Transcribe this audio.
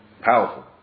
powerful